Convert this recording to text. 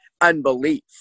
unbelief